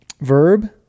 verb